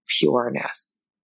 pureness